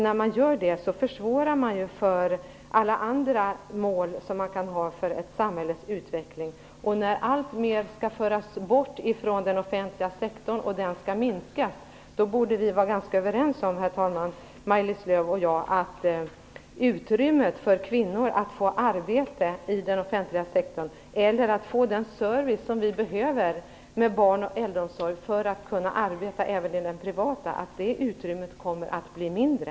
När man gör det försvårar man ju för alla andra mål som man kan ha för ett samhälles utveckling. När alltmer skall föras bort från den offentliga sektorn och den skall minskas borde Maj-Lis Lööw och jag vara ganska överens om att det utrymme som behövs för att kvinnor skall få arbete i den offentliga sektorn - eller få den service som vi behöver med barn och äldreomsorg för att kunna arbeta även i det privata - kommer att bli mindre.